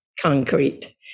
concrete